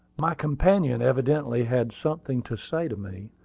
my companion evidently had something to say to me,